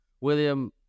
William